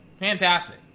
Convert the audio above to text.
Fantastic